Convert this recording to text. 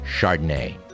Chardonnay